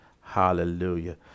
Hallelujah